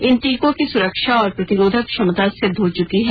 इन टीकों की सुरक्षा और प्रतिरोधक क्षमता सिद्ध हो चुकी है